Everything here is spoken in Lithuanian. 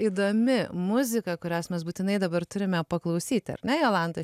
įdomi muzika kurios mes būtinai dabar turime paklausyti ar ne jolanta